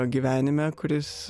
gyvenime kuris